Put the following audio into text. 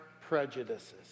prejudices